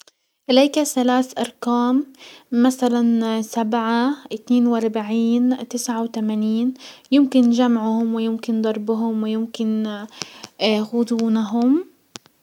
اليك ثلاث ارقام، مسلا سبعة ،اتنين واربعين، تسعة وتمانين. يمكن جمعهم ويمكن ضربهم ويمكن غضونهم.